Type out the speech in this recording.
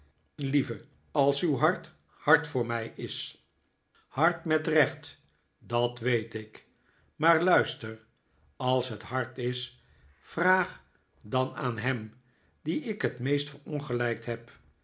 lieve als uw hart hard voor mij is hard met recht dat weet ik maar luister als het hard is vraag dan aan hem dien ik het meest verongelijkt heb